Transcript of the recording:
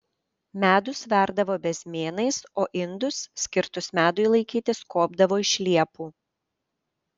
medų sverdavo bezmėnais o indus skirtus medui laikyti skobdavo iš liepų